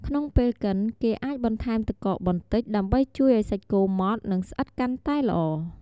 ក្នុងពេលកិន គេអាចបន្ថែមទឹកកកបន្តិច ដើម្បីជួយឱ្យសាច់គោម៉ត់ និងស្អិតកាន់តែល្អ។